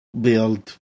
build